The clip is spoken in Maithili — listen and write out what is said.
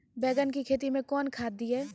बैंगन की खेती मैं कौन खाद दिए?